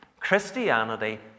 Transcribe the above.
Christianity